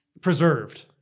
preserved